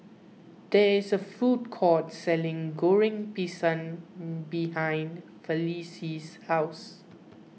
there is a food court selling Goreng Pisang behind Felicie's house